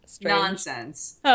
Nonsense